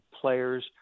players